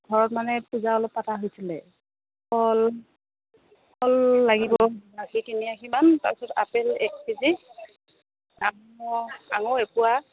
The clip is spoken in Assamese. ঘৰত মানে পূজা অলপ পতা হৈছিলে কল কল লাগিব তিনি আষিমান তাৰপিছত আপেল এক কেজি আঙুৰ আঙুৰ এপোৱা